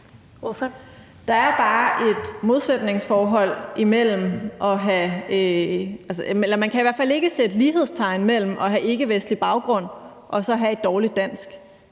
(RV): Der er bare et modsætningsforhold – eller man kan i hvert fald ikke sætte lighedstegn mellem at have ikkevestlig baggrund og så at have et dårligt dansk.